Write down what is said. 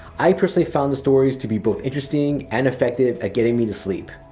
i personally found the stories to be both interesting and effective at getting me to sleep.